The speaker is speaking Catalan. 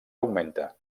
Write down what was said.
augmenta